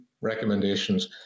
recommendations